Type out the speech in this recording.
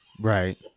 Right